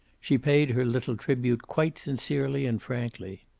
she paid her little tribute quite sincerely and frankly.